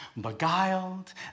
Beguiled